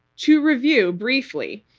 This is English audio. to review briefly,